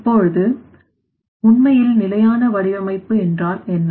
இப்பொழுது உண்மையில் நிலையான வடிவமைப்பு என்றால் என்ன